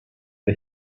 for